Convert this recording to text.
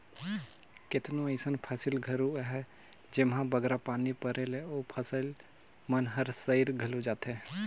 केतनो अइसन फसिल घलो अहें जेम्हां बगरा पानी परे ले ओ फसिल मन हर सइर घलो जाथे